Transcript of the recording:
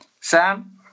Sam